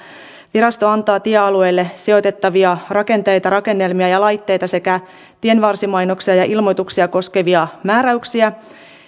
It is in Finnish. virasto antaa tiealueille sijoitettavia rakenteita rakennelmia ja laitteita sekä tienvarsimainoksia ja ilmoituksia koskevia määräyksiä